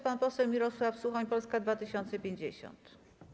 Pan poseł Mirosław Suchoń, Polska 2050.